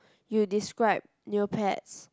you describe Neopets